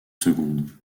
seconde